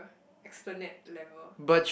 esplanade level